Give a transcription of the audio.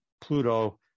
Pluto